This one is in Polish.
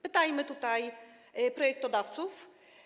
Pytajmy tutaj projektodawców.